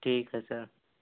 ٹھیک ہے سر